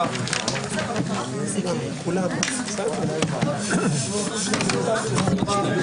בשעה 12:02.